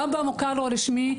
גם במוכר הלא רשמי,